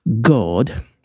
God